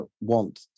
want